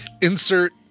insert